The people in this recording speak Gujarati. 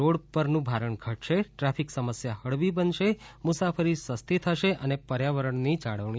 રો પેક્સથી રોડ પરનું ભારણ ઘટશે ટ્રાફિક સમસ્યા હળવી બનશે મુસાફરી સસ્તી થશે અને પર્યાવરણની જાળવણી થશે